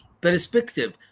perspective